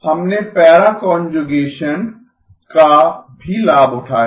हमने para conjugation का भी लाभ उठाया है